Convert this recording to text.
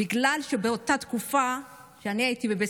בגלל שבאותה תקופה שאני הייתי בבית